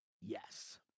Yes